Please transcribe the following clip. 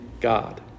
God